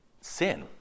sin